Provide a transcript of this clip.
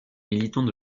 militants